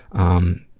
um.